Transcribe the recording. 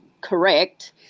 correct